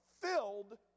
filled